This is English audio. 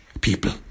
people